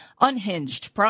unhinged